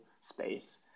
space